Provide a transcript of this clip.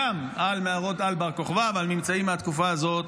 גם על מערות בר כוכבא ועל ממצאים מהתקופה הזאת